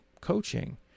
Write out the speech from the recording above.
coaching